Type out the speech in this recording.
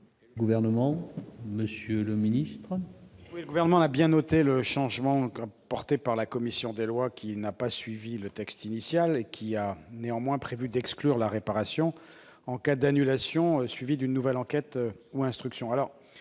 Le Gouvernement a bien noté le changement apporté par la commission des lois, qui n'a pas suivi le texte initial et qui a prévu d'exclure la réparation en cas d'annulation suivie d'une nouvelle enquête ou instruction.